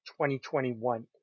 2021